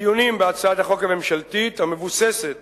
הדיונים בהצעת החוק הממשלתית, המבוססת